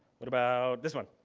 what about this one?